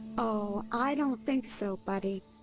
oh, i don't think so buddy.